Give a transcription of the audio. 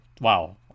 Wow